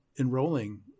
enrolling